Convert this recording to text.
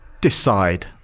Decide